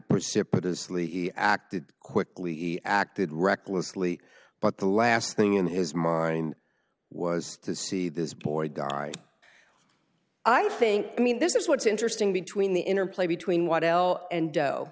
precipitously he acted quickly acted recklessly but the last thing in his mind was to see this poor guy i think i mean this is what's interesting between the interplay between what l and